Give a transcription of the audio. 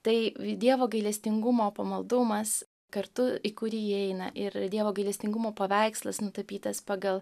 tai dievo gailestingumo pamaldumas kartu į kurį įeina ir dievo gailestingumo paveikslas nutapytas pagal